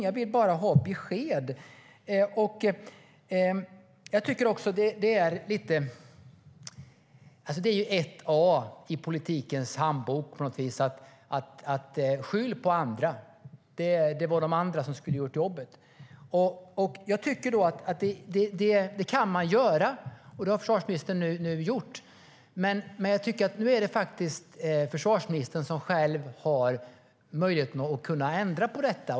Jag vill bara ha besked. Det är paragraf 1A i politikens handbok att skylla på andra: Det var de andra som skulle ha gjort jobbet. Det kan man göra, och det har försvarsministern gjort. Men nu är det faktiskt så att försvarsministern har möjlighet att ändra på detta.